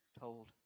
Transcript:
told